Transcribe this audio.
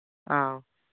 ꯑꯧ